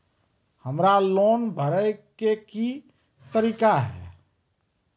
हमरा लोन भरे के की तरीका है?